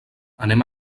anem